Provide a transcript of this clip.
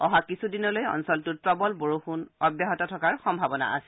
অহা কিছুদিনলৈ অঞ্চলটোত প্ৰৱল বৰষুণ অব্যাহত থকাৰ সম্ভাৱনা আছে